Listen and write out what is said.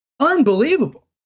Unbelievable